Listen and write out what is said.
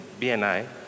BNI